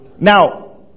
Now